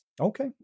Okay